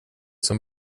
som